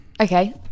okay